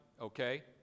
okay